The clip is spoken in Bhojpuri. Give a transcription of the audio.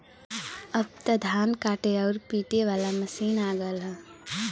अब त धान काटे आउर पिटे वाला मशीन आ गयल हौ